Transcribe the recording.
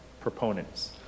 proponents